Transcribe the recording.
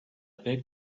big